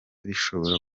bishobora